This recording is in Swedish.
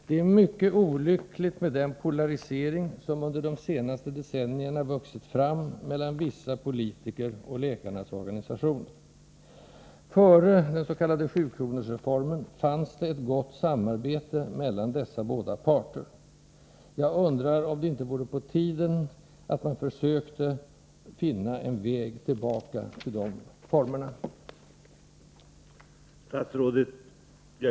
Det är mycket olyckligt med den polarisering som under de senaste decennierna vuxit fram mellan vissa politiker och läkarnas organisationer. Före den s.k. sjukronorsreformen fanns det ett gott samarbete mellan dessa båda parter. Jag undrar om det inte vore på tiden att man försökte finna en väg tillbaka till mera konstruktiva samarbetsformer.